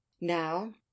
now